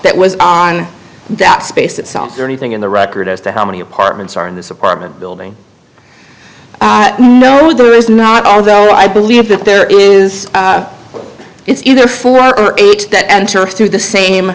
that was on that space itself is there anything in the record as to how many apartments are in this apartment building with the who is not although i believe that there is it's either four or eight that enter through the same